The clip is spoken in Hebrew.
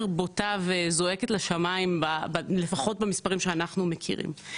בוטה וזועקת לשמים לפחות במספרים שאנחנו מכירים.